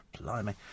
blimey